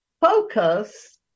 focus